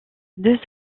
deux